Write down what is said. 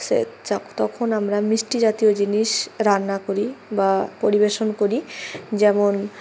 সে তখন আমরা মিষ্টি জাতীয় জিনিস রান্না করি বা পরিবেশন করি যেমন